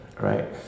right